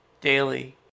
daily